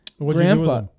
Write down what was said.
Grandpa